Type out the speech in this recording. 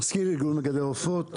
מזכיר ארגון מגדלי עופות.